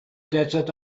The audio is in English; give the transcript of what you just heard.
desert